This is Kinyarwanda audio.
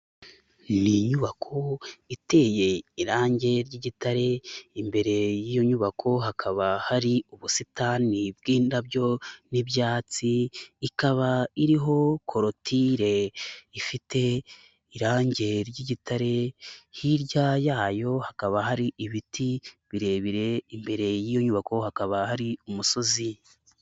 Ni inyubako iteye irangi ry'igitare, imbere y'iyo nyubako hakaba hari ubusitani bw'indabyo n'ibyatsi, ikaba iriho korotire ifite irangi ry'igitare, hirya yayo hakaba hari ibiti birebire, imbere y'iyo nyubako hakaba hari umusozi.